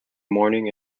morning